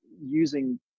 using